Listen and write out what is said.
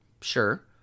Sure